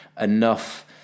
enough